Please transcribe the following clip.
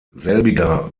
selbiger